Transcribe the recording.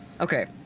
Okay